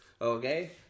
Okay